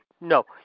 no